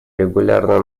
регулярно